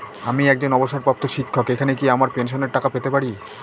আমি একজন অবসরপ্রাপ্ত শিক্ষক এখানে কি আমার পেনশনের টাকা পেতে পারি?